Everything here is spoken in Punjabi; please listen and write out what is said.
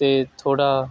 ਅਤੇ ਥੋੜ੍ਹਾ